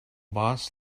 boss